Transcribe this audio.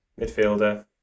Midfielder